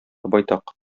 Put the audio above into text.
байтак